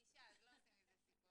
היא אישה, אז לא עושים מזה סיפור.